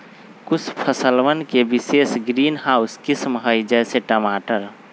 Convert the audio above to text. कुछ फसलवन के विशेष ग्रीनहाउस किस्म हई, जैसे टमाटर